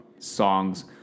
Songs